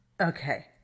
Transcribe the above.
Okay